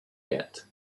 yet